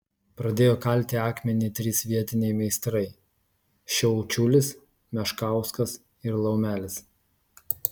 pradėjo kalti akmenį trys vietiniai meistrai šiaučiulis meškauskas ir laumelis